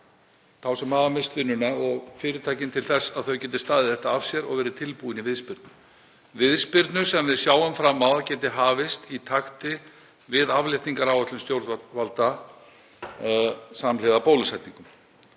þá sem hafa misst vinnuna og fyrirtækin til þess að þau geti staðið þetta af sér og verið tilbúin í viðspyrnu. Við sjáum fram á að viðspyrnan geti hafist í takti við afléttingaráætlun stjórnvalda samhliða bólusetningum.